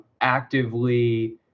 actively